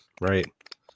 right